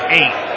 eight